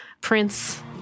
Prince